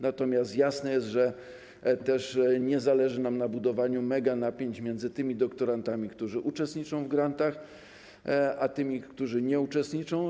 Natomiast jasne jest, że też nie zależy nam na budowaniu mega napięć między tymi doktorantami, którzy uczestniczą w grantach, a tymi, którzy nie uczestniczą.